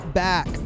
back